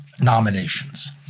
nominations